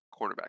cornerback